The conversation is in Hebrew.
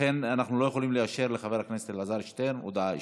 לכן אנחנו לא יכולים לאשר לחבר הכנסת אלעזר שטרן הודעה אישית.